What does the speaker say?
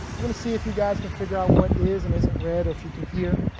we're going to see if you guys can figure out what is and isn't read or if you can hear.